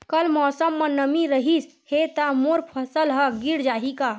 कल मौसम म नमी रहिस हे त मोर फसल ह गिर जाही का?